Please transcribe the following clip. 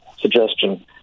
suggestion